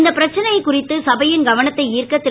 இந்த பிரச்சனை குறித்து சபையின் கவனத்தை ஈர்க்க திரு